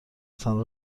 تان